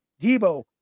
Debo